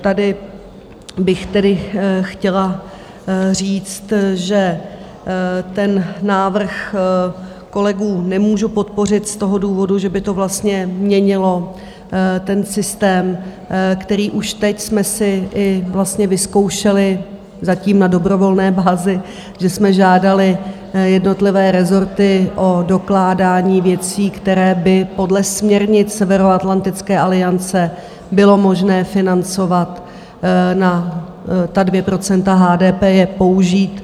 Tady bych chtěla říci, že návrh kolegů nemohu podpořit z toho důvodu, že by to vlastně měnilo ten systém, který už teď jsme si vyzkoušeli zatím na dobrovolné bázi, že jsme žádali jednotlivé rezorty o dokládání věcí, které by podle směrnic Severoatlantické aliance bylo možné financovat, na ta 2 % HDP je použít.